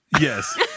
Yes